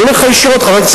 אני אומר לך ישירות,